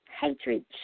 hatred